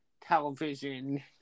television